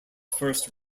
first